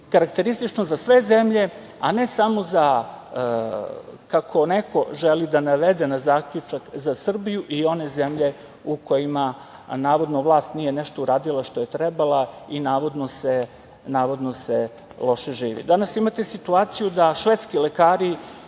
karakteristično za sve zemlje, a ne samo za kako neko želi da navede zaključak, za Srbiju i one zemlje u kojima navodno vlast nije nešto uradila što je trebala i navodno se loše živi. Danas imate situaciju da švedski lekari